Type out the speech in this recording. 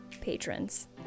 patrons